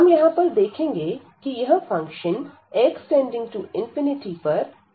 हम यहां पर देखेंगे कि यह फंक्शन x→∞ पर कैसा व्यवहार करता है